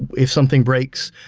if something breaks,